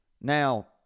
now